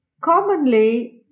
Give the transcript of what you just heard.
Commonly